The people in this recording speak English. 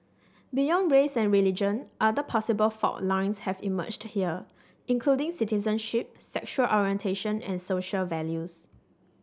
beyond race and religion other possible fault lines have emerged here including citizenship sexual orientation and social values